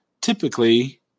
Typically